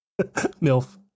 Milf